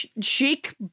chic